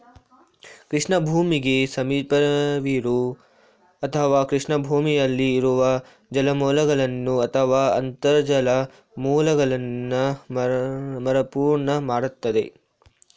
ಕೃಷಿ ಭೂಮಿಗೆ ಸಮೀಪವಿರೋ ಅಥವಾ ಕೃಷಿ ಭೂಮಿಯಲ್ಲಿ ಇರುವ ಜಲಮೂಲಗಳನ್ನು ಅಥವಾ ಅಂತರ್ಜಲ ಮೂಲಗಳನ್ನ ಮರುಪೂರ್ಣ ಮಾಡ್ತದೆ